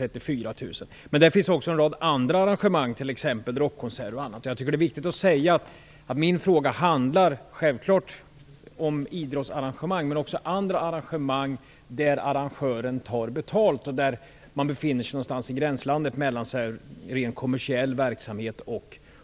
Listan upptar också en del andra arrangemang, t.ex. rockkonserter etc. Min fråga handlar självfallet om idrottsarrangemang men också om andra arrangemang, där arrangören tar betalt och där man befinner sig någonstans i gränslandet mellan ren kommersiell verksamhet